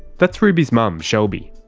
that's ruby's mum, shelby,